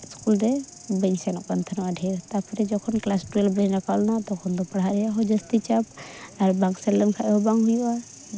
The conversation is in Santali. ᱤᱥᱠᱩᱞ ᱨᱮ ᱵᱟᱹᱧ ᱥᱮᱱᱚᱜ ᱠᱟᱱ ᱛᱟᱦᱮᱱᱟ ᱰᱷᱮᱨ ᱛᱟᱨᱯᱚᱨᱮ ᱡᱚᱠᱷᱚᱱ ᱠᱞᱟᱥ ᱴᱩᱭᱮᱞᱵᱷ ᱨᱤᱧ ᱨᱟᱠᱟᱵᱽᱱᱟ ᱛᱚᱠᱷᱚᱱ ᱫᱚ ᱯᱟᱲᱦᱟᱜ ᱨᱮᱭᱟᱜ ᱦᱚᱸ ᱡᱟᱹᱥᱛᱤ ᱪᱟᱯ ᱟᱨ ᱵᱟᱝ ᱥᱮᱱ ᱞᱮᱱᱠᱷᱟᱡ ᱦᱚᱸ ᱵᱟᱝ ᱦᱩᱭᱩᱜᱼᱟ